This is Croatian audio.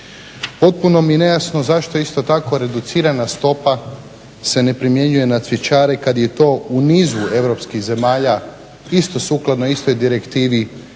Potpuno mi je nejasno zašto isto tako reducirana stopa se ne primjenjuje na cvjećare kada je to u nizu europskih zemalja isto sukladno, istoj direktivi